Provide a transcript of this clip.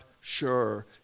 sure